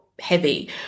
heavy